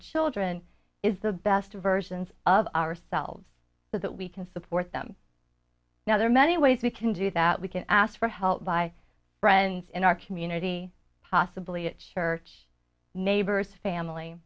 children is the best versions of ourselves so that we can support them now there are many ways we can do that we can ask for help by friends in our community possibly at church neighbors family